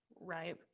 Right